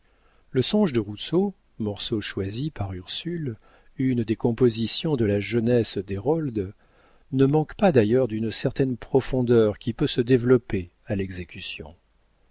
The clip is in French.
le songe de rousseau morceau choisi par ursule une des compositions de la jeunesse d'hérold ne manque pas d'ailleurs d'une certaine profondeur qui peut se développer à l'exécution